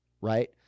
Right